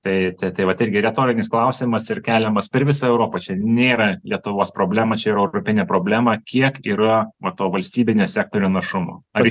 tai tai vat irgi retorinis klausimas ir keliamas per visą europą čia nėra lietuvos problemos čia yra europinė problema kiek yra matau valstybinio sektorio našumo ar